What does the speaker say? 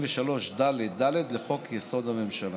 43ד(ד) לחוק-יסוד: הממשלה.